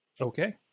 Okay